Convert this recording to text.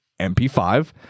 MP5